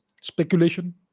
speculation